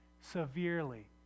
severely